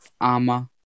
Ama